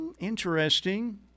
interesting